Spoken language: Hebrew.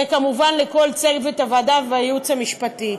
וכמובן לכל צוות הוועדה והייעוץ המשפטי,